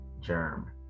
germ